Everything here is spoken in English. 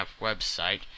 website